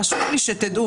חשוב לי שתדעו,